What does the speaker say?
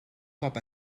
cop